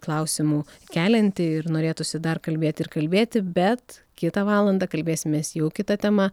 klausimų kelianti ir norėtųsi dar kalbėt ir kalbėti bet kitą valandą kalbėsimės jau kita tema